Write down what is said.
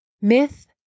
Myth